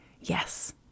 yes